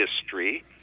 history